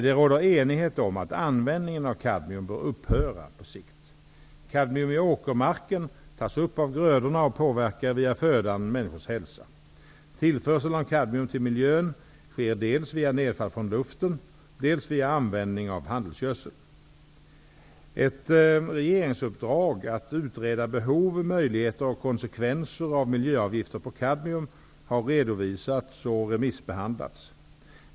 Det råder enighet om att användningen av kadmium bör upphöra på sikt. Kadmium i åkermarken tas upp av grödorna och påverkar via födan människors hälsa. Tillförslen av kadmium till miljön sker dels via nedfall från luften, dels via användning av handelsgödsel. Ett regeringsuppdrag att utreda behov, möjligheter och konsekvenser av miljöavgifter på kadmium har redovisats och remissbehandlats.